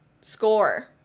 score